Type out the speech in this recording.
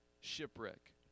shipwreck